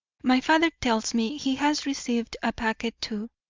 my father tells me he has received a packet too.